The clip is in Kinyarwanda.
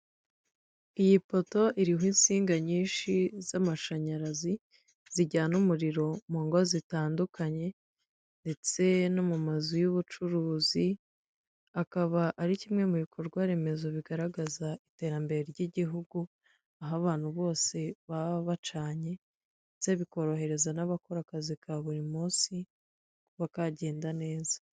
Iyipoto iriho insinga nyinshi z'amashanyarazi, zijyana umuriro mu ngo zitandukanye, ndetse no mu mazu y'ubucuruzi, akaba ari kimwe mu bikorwa remezo bigaragaza iterambere ry'igihugu, aho abantu bose baba bacanye, ndetse bikorohereza n'abakora akazi ka buri munsi bakagenda neza.